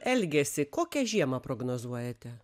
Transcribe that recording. elgesį kokią žiemą prognozuojate